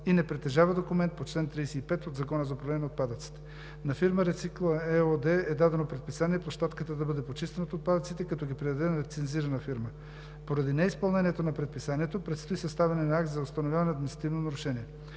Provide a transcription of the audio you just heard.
и не притежава документ по чл. 35 от Закона за управление на отпадъците. На фирма „Рецикла“ ЕООД е дадено предписание площадката да бъде почистена от отпадъците, като ги предаде на лицензирана фирма. Поради неизпълнение на предписанието предстои съставяне на акт за установяване на административно нарушение.